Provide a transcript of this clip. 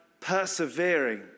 persevering